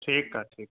ठीकु आहे ठीकु आहे